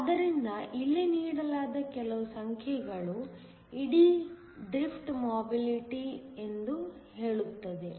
ಆದ್ದರಿಂದ ಇಲ್ಲಿ ನೀಡಲಾದ ಕೆಲವು ಸಂಖ್ಯೆಗಳು ಇಡೀ ಡ್ರಿಫ್ಟ್ ಮೊಬಿಲಿಟಿ ಎಂದು ಹೇಳುತ್ತದೆ